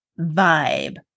vibe